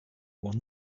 one